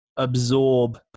Absorb